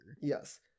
Yes